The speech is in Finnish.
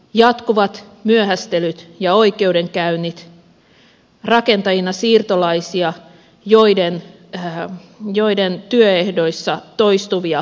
jatkuvat myöhästelyt ja oikeudenkäynnit rakentajina siirtolaisia joiden työehdoissa toistuvia ongelmia